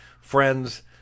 friends